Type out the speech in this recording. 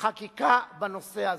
חקיקה בנושא הזה.